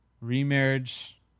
remarriage